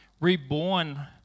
reborn